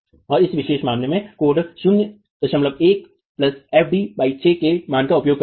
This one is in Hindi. और इस विशेष मामले में कोड 01 fd 6 के मान का उपयोग करता है